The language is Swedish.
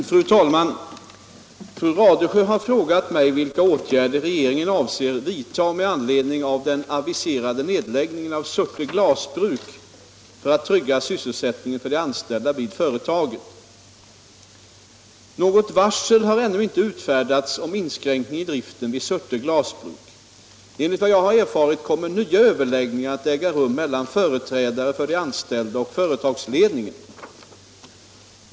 Fru talman! Fru Radesjö har frågat mig vilka åtgärder regeringen avser vidta med anledning av den aviserade nedläggningen av Surte glasbruk för att trygga sysselsättningen för de anställda vid företaget. Något varsel har ännu inte utfärdats om inskränkning i driften vid Surte glasbruk. Enligt vad jag har erfarit kommer nya överläggningar att äga rum mellan företrädare för de anställda och företagsledningen.